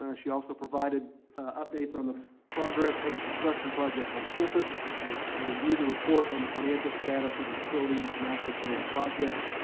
she also provided updates on the progress of the construction projects on campus and reviewed the report on the financial statuses of facility master plan projects.